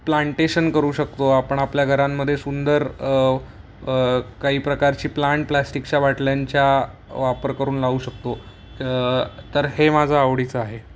plantation करू शकतो आपण आपल्या घरांमध्ये सुंदर काही प्रकारची प्लांट प्लॅस्टिकच्या बाटल्यांच्या वापर करून लावू शकतो तर हे माझं आवडीचं आहे